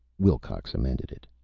wilcox amended it.